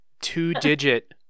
two-digit